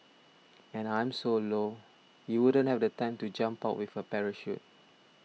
and I'm so low you wouldn't have the time to jump out with a parachute